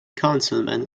councilman